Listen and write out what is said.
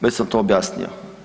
Već sam to objasnio.